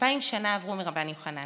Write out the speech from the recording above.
אלפיים שנה עברו מרבן יוחנן.